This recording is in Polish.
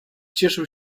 cieszył